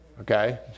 Okay